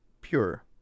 pure